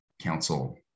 council